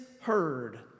heard